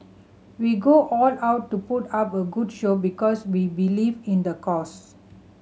we go all out to put up a good show because we believe in the cause